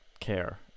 care